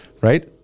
right